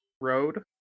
road